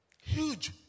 Huge